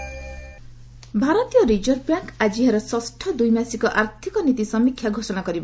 RBI policy ଭାରତୀୟ reserve bank ଆଜି ଏହାର ଷଷ୍ଠ ଦ୍ୱିମାସିକ ଆର୍ଥିକ ନୀତି ସମୀକ୍ଷା ଘୋଷଣା କରିବ